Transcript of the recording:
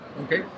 Okay